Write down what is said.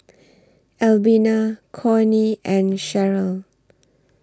Albina Cornie and Sherryl